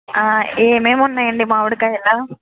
ఆ ఏమేం ఉన్నాయండి మావిడికాయలు